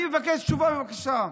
אני מבקש תשובה, בבקשה.